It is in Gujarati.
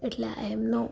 એટલે આ એમનો